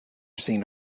seen